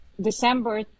December